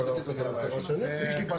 הכלכליות של תיקוני חקיקה ליישום